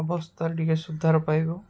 ଅବସ୍ଥା ଟିକେ ସୁଧାର ପାଇବ